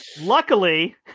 Luckily